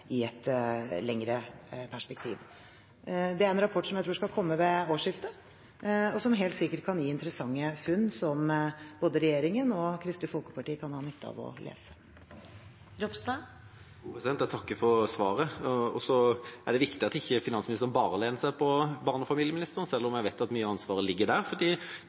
lengre perspektiv. Det er en rapport som jeg tror skal komme ved årsskiftet, og som helt sikkert kan gi interessante funn som både regjeringen og Kristelig Folkeparti kan ha nytte av å lese om. Jeg takker for svaret. Det er viktig at ikke finansministeren bare lener seg på barne- og familieministeren, selv om jeg vet at mye av ansvaret ligger der,